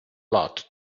lot